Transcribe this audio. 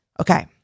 Okay